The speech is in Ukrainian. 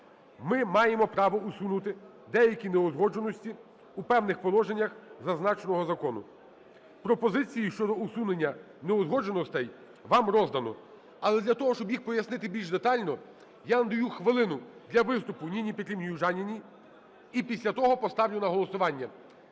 ми маємо право усунути деякі неузгодженості у певних положеннях зазначеного закону. Пропозиції щодо усунення неузгодженостей вам роздані. Але для того, щоб їх пояснити більше детально, я надаю хвилину для виступу Ніні Петрівні Южаніній, і після того поставлю на голосування.